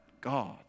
God